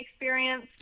experience